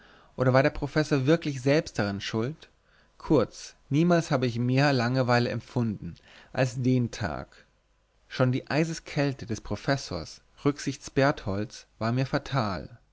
oder war der professor wirklich selbst daran schuld kurz niemals hab ich mehr langeweile empfunden als den tag schon die eiskälte des professors rücksichts bertholds war mir fatal